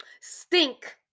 stink